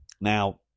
Now